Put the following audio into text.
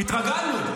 התרגלנו.